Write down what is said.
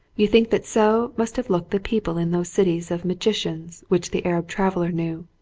you think that so must have looked the people in those cities of magicians which the arab traveller knew,